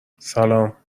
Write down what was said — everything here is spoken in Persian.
سلام